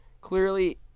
Clearly